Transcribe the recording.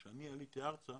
כשאני עליתי ארצה,